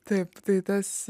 taip tai tas